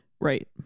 Right